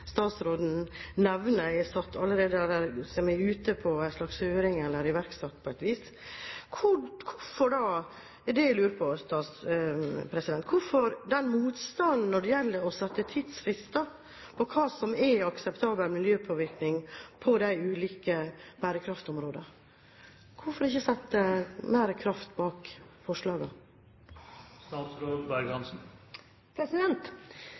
jeg lurer på, er: Hvorfor denne motstanden når det gjelder å sette tidsfrister for hva som er akseptabel miljøpåvirkning på de ulike bærekraftområdene? Hvorfor ikke sette mer kraft bak forslagene? Jeg har vel for så vidt svart på det